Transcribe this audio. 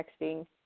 texting